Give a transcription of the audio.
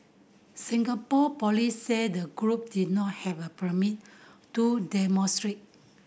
Singapore police said the group did not have a permit to demonstrate